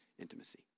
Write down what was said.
intimacy